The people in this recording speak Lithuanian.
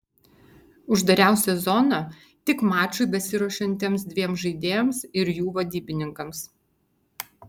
uždariausia zona tik mačui besiruošiantiems dviem žaidėjams ir jų vadybininkams